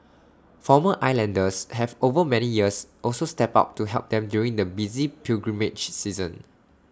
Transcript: former islanders have over many years also stepped up to help them during the busy pilgrimage season